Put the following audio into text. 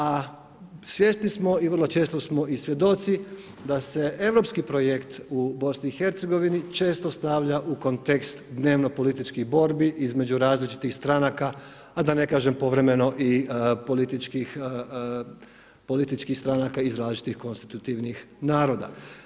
A svjesni smo i vrlo često smo svjedoci da se europski projekt u BiH često stavlja u kontekst dnevnopolitičkih borbi između različitih stranaka, a da ne kažem povremeno i političkih stranaka iz različitih konstitutivnih naroda.